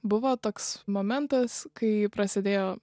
buvo toks momentas kai prasidėjo